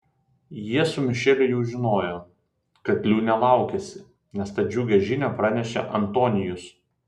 jie su mišeliu jau žinojo kad liūnė laukiasi nes tą džiugią žinią pranešė antonijus